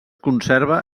conserva